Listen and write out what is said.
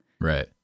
Right